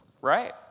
right